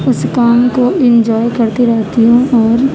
اس کام کو انجوائے کرتی رہتی ہوں اور